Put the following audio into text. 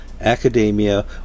academia